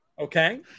okay